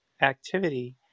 activity